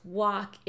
walk